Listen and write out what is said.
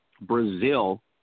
Brazil